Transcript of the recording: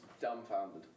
dumbfounded